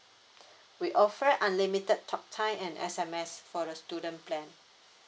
we offer unlimited talk time and S_M_S for the student plan